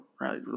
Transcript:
right